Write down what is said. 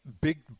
big